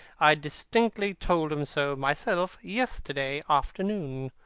i distinctly told him so myself yesterday afternoon.